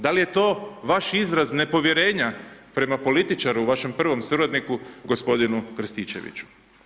Da li je to vaš izraz nepovjerenja prema političaru vašem prvom suradniku gospodinu Krstičeviću?